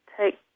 take